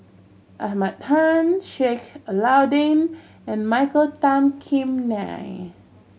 Ahmad Khan Sheik Alau'ddin and Michael Tan Kim Nei